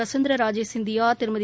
Vasundhara Raje Scindia Thirumathi